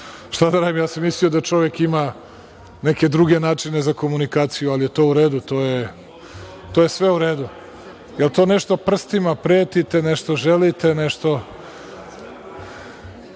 Šta da radim, ja sam mislio da čovek ima neke druge načine za komunikaciju, ali to je u redu, to je sve u redu. Jel to nešto prstima pretite, nešto želite, nešto?